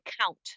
count